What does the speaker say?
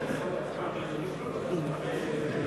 שנייה.